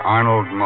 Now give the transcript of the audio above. Arnold